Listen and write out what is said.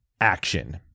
action